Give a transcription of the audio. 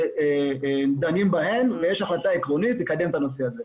אנחנו דנים בהן ויש החלטה עקרונית לקדם את הנושא הזה.